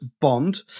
Bond